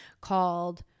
called